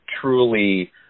truly